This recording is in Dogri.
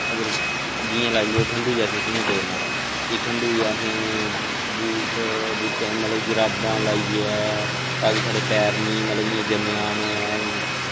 जि'यां लाई लैओ कि ठंडू च असें कि'यां दौड़ना कि ठंडू च असें बूट मतलब जराबां लाइयै तांनकि साढ़े पैर निं इ'यां जम्मी जाह्न